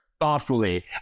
thoughtfully